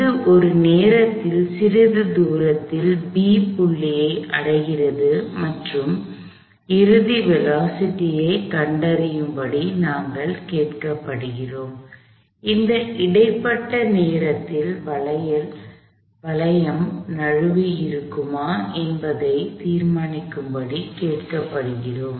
அது ஒரு நேரத்தில் சிறிது தூரத்தில் B புள்ளியை அடைகிறது மற்றும் இறுதி வேலோஸிட்டி ஐ கண்டறியும்படி நாங்கள் கேட்கப்படுகிறோம் இந்த இடைப்பட்ட நேரத்தில் வளையம் நழுவியிருக்குமா என்பதைத் தீர்மானிக்கும்படி கேட்கப்படுகிறோம்